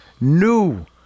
New